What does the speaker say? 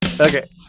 Okay